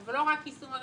אבל לא רק יישום הרפורמה.